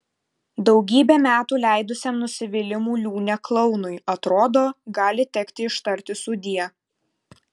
daugybę metų leidusiam nusivylimų liūne klounui atrodo gali tekti ištarti sudie